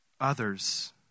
others